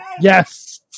Yes